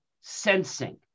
sensing